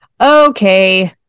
Okay